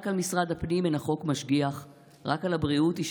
// רק על משרד הפנים אין החוק משגיח / רק על הבריאות איש